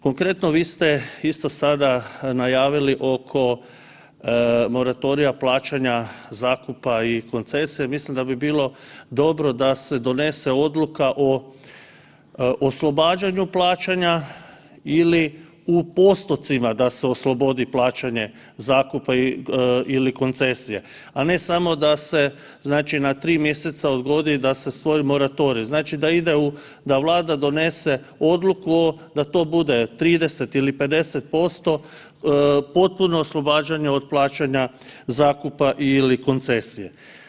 Konkretno, vi ste isto sada najavili oko moratorija plaćanja zakupa i koncesija, mislim da bi bilo dobro da se donese odluka o oslobađanju od plaćanja ili u postotcima da se oslobodi plaćanje zakupa ili koncesija, a ne samo da se znači na 3 mjeseca odgodi i da se stvori moratorij, znači da ide u, da Vlada donese odluku o, da to bude 30 ili 50% potpuno oslobađanje od plaćanja zakupa ili koncesije.